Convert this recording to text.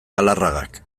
galarragak